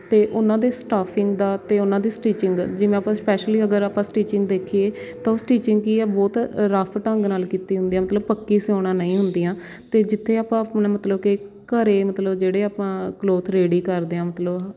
ਅਤੇ ਉਹਨਾਂ ਦੇ ਸਟਾਫਿੰਗ ਦਾ ਅਤੇ ਉਹਨਾਂ ਦੀ ਸਟੀਚਿੰਗ ਜਿਵੇਂ ਆਪਾਂ ਸਪੈਸ਼ਲੀ ਅਗਰ ਆਪਾਂ ਸਟੀਚਿੰਗ ਦੇਖੀਏ ਤਾਂ ਉਹ ਸਟੀਚਿੰਗ ਕੀ ਹੈ ਬਹੁਤ ਰਫ ਢੰਗ ਨਾਲ ਕੀਤੀ ਹੁੰਦੀ ਹੈ ਮਤਲਵ ਪੱਕੀ ਸਿਉਣਾ ਨਹੀਂ ਹੁੰਦੀਆਂ ਅਤੇ ਜਿੱਥੇ ਆਪਾਂ ਮਤਲਬ ਕਿ ਘਰੇ ਮਤਲਬ ਜਿਹੜੇ ਆਪਾਂ ਕਲੋਥ ਰੈਡੀ ਕਰਦੇ ਹਾਂ ਮਤਲਬ